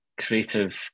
creative